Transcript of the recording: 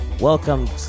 Welcome